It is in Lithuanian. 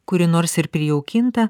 kuri nors ir prijaukinta